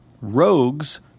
rogues –